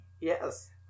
Yes